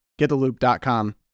gettheloop.com